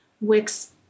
Wick's